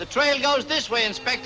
the trail goes this way inspect